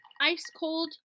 ice-cold